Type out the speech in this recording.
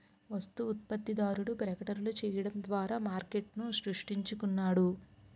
వస్తు ఉత్పత్తిదారుడు ప్రకటనలు చేయడం ద్వారా మార్కెట్ను సృష్టించుకుంటున్నాడు